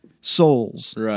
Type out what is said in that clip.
souls